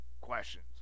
questions